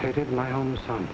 hated my own son